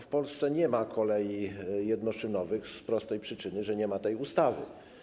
W Polsce nie ma kolei jednoszynowych z tej prostej przyczyny, że nie ma tej ustawy.